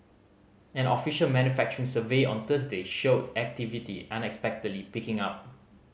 an official manufacturing survey on Thursday showed activity unexpectedly picking up